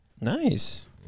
Nice